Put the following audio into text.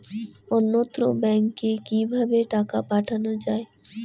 অন্যত্র ব্যংকে কিভাবে টাকা পাঠানো য়ায়?